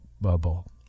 bubble